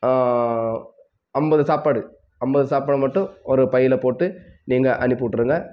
ஐம்பது சாப்பாடு ஐம்பது சாப்பாடு மட்டும் ஒரு பையில போட்டு நீங்கள் அனுப்பிவிட்ருங்க